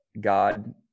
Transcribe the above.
God